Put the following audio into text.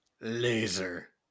Laser